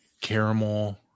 caramel